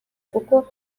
kuko